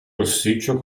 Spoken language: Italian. rossiccio